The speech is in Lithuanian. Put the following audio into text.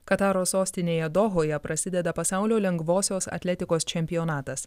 kataro sostinėje dohoje prasideda pasaulio lengvosios atletikos čempionatas